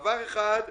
דבר אחד,